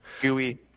Gooey